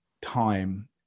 time